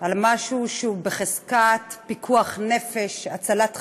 על משהו שהוא בחזקת פיקוח נפש, הצלת חיים.